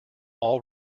all